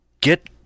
Get